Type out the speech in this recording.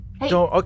Hey